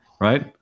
right